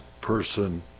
person